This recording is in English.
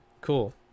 cool